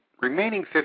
remaining